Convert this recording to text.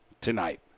tonight